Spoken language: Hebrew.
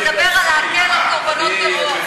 זה מדבר על להקל על קורבנות טרור,